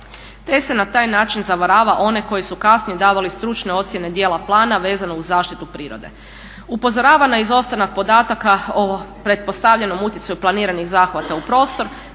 te se na taj način zavarava one koji su kasnije davali stručne ocjene dijela plana vezano uz zaštitu prirode. Upozorava na izostanak podataka o pretpostavljenom utjecaju planiranih zahvata u prostor